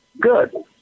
Good